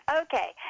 Okay